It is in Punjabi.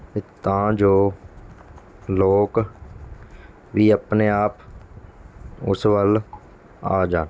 ਤਾਂ ਜੋ ਲੋਕ ਵੀ ਆਪਣੇ ਆਪ ਉਸ ਵੱਲ ਆ ਜਾਣ